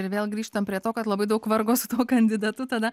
ir vėl grįžtam prie to kad labai daug vargo su tuo kandidatu tada